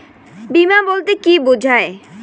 বিমা বলতে কি বোঝায়?